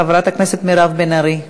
חברת הכנסת מירב בן ארי,